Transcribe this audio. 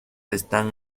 están